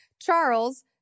Charles